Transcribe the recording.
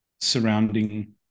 surrounding